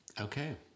Okay